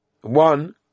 one